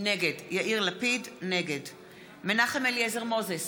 נגד מנחם אליעזר מוזס,